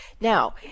Now